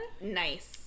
Nice